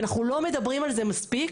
ואנחנו לא מדברים על זה מספיק,